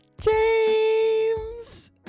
james